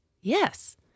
Yes